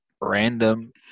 random